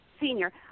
Senior